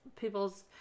people's